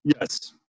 yes